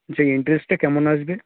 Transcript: যেই ইন্টারেস্টটা কেমন আসবে